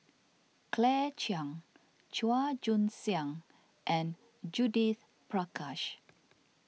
Claire Chiang Chua Joon Siang and Judith Prakash